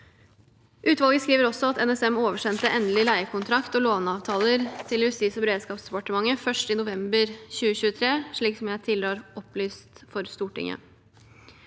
Utvalget skriver også at NSM oversendte endelig leiekontrakt og låneavtaler til Justis- og beredskapsdepartementet 1. november 2023, slik som jeg tidligere har opplyst for Stortinget.